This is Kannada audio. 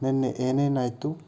ನೆನ್ನೆ ಏನೇನಾಯ್ತು